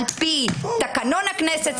על פי תקנון הכנסת,